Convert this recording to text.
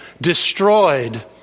destroyed